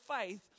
faith